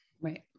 right